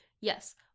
Yes